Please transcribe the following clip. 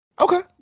Okay